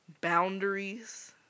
boundaries